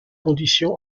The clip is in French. condition